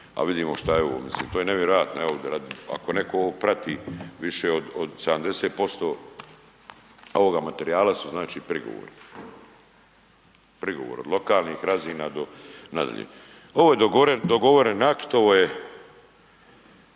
a vidimo šta je ovo, mislim to je nevjerojatno, evo ako neko ovo prati više od, od 70% ovoga materijala su znači prigovori, prigovori od lokalnih razina do nadalje. Ovo je dogovoren akt, ovo je